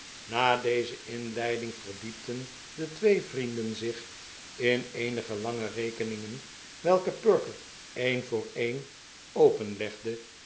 na deze inleiding verdiepten de twee vrienden zich in eenige lange rekeningen welke perker een voor een